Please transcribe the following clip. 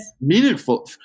meaningful